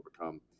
overcome